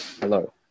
Hello